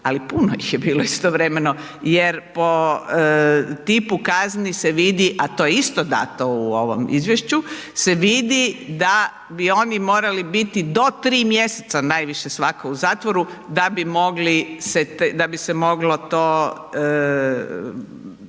ali puno ih je bilo istovremeno jer po tipu kazni se vidi a to je isto dato u ovom izvješću se vidi da bi oni morali biti do 3 mj. najviše svako u zatvoru da bi se moglo to,